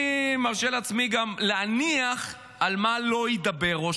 אני מרשה לעצמי גם להניח על מה לא ידבר ראש